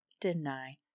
deny